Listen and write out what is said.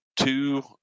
Two